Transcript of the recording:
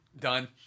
Done